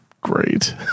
great